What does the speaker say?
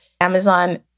Amazon